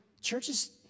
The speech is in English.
churches